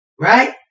right